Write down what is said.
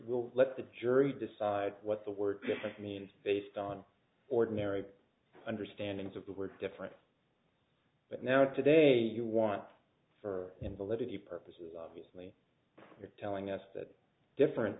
will let the jury decide what the word defect means based on ordinary understanding is of the word different but now today you want for invalidity purposes obviously you're telling us that different